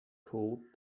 cooled